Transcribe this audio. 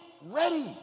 ready